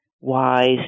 wise